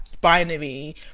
binary